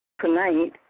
tonight